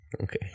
Okay